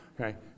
okay